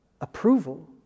approval